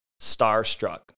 starstruck